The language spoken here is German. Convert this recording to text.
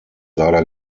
leider